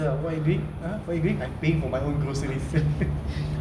ya what you doing ah what you doing I'm paying for my own groceries